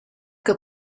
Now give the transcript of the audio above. que